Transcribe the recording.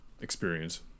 experience